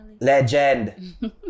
Legend